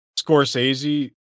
Scorsese